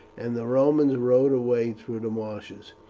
and the romans rowed away through the marshes.